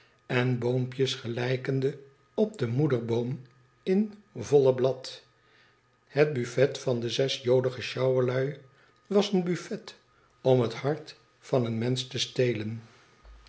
en boompjes gelijkende op den moederboom in volle blad het buffet van de zes jolige sjouwerlui was een buffit om het hart vao een mensch te stelen